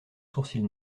sourcils